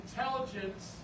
intelligence